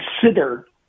consider